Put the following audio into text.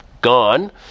gone